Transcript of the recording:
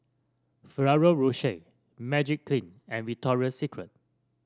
Ferrero Rocher Magiclean and Victoria Secret